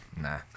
nah